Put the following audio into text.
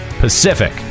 pacific